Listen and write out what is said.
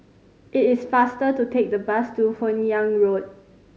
it is faster to take the bus to Hun Yeang Road